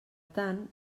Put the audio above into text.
tant